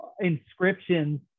inscriptions